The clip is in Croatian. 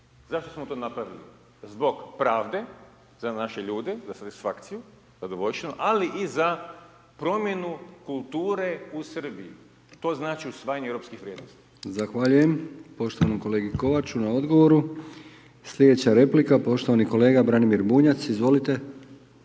Zašto smo to napravili? Zbog pravde za naše ljude za satisfakciju, zadovoljštinu, ali i za promjenu kulture u Srbiji. To znači usvajanje europskih vrijednosti. **Brkić, Milijan (HDZ)** Zahvaljujem poštovanom kolegi Kovaču na odgovoru. Slijedeća replika poštovani kolega Branimir Bunjac, izvolite.